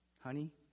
honey